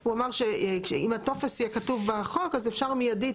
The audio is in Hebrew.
הוא אמר שאם הטופס יהיה כתוב בחוק אז אפשר מיידית,